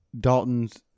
Dalton's